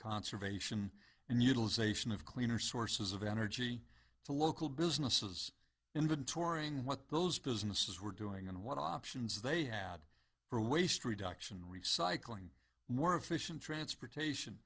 conservation and utilization of cleaner sources of energy to local businesses inventorying what those businesses were doing and what options they had for waste reduction recycling more efficient transportation